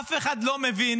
אף אחד לא מבין